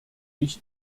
ich